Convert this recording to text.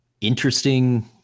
interesting